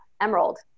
Emerald